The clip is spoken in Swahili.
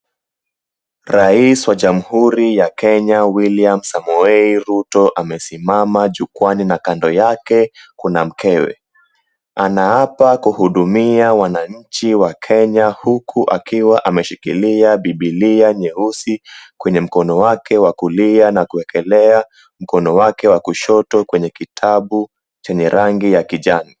Rais wa jamhuri ya Kenya William Samoei Rutto, amesimama jukwani na kando yake kuna mkewe. Anahapa kuhudumia wananchi wa Kenya huku akiwa ameshikilia bibilia nyeusi kwenye mkono wake wa kulia na kuwekelewa mkono wake wa kushoto kwenye kitabu chenye rangi ya kijani.